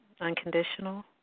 Unconditional